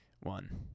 one